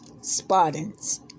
Spartans